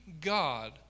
God